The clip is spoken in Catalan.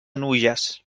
nulles